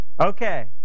okay